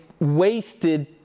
wasted